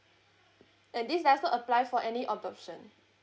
and this does not apply for any adoption